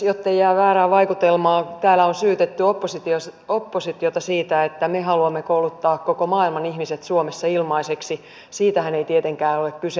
jottei jää väärää vaikutelmaa kun täällä on syytetty oppositiota siitä että me haluamme kouluttaa koko maailman ihmiset suomessa ilmaiseksi siitähän ei tietenkään ole kyse